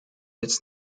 its